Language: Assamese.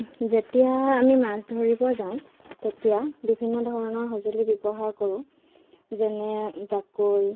মোৰ চিনাকী বহুত বন্ধু আছে কিন্তু চিনাকী বন্ধুৰ মাজতো বন্ধুৰ চিনাকীৰ মাজতো বহুতে